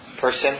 person